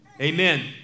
Amen